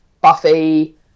Buffy